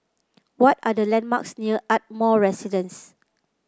what are the landmarks near Ardmore Residence